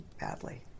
badly